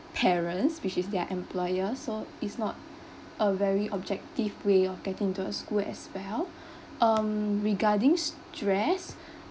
parents which is their employer so is not a very objective way of getting into a school as well um regarding stress